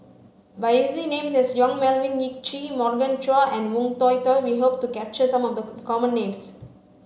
by using names such as Yong Melvin Yik Chye Morgan Chua and Woon Tai Ho we hope to capture some of the common names